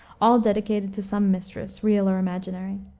all dedicated to some mistress real or imaginary.